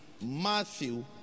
Matthew